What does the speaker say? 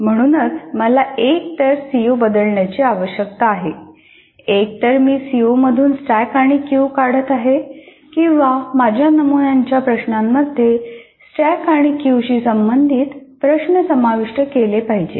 म्हणूनच मला एकतर सीओ बदलण्याची आवश्यकता आहे एकतर मी सीओमधून स्टॅक आणि क्यू काढत आहे किंवा माझ्या नमुन्यांच्या प्रश्नांमध्ये स्टॅक आणि क्यू शी संबंधित प्रश्न समाविष्ट केले पाहिजेत